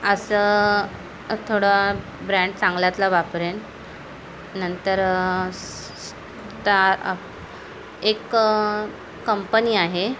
असं थोडा ब्रँड चांगल्यातला वापरेन नंतर स स ता एक कंपनी आहे